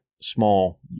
small